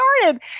started